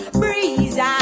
breeze